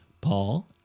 Paul